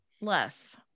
Less